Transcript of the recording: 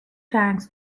thanks